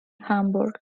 hamburg